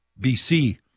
bc